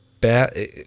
bad